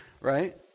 right